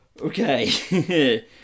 Okay